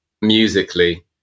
musically